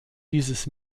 dieses